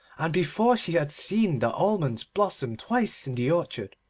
and before she had seen the almonds blossom twice in the orchard,